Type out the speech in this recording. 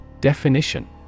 Definition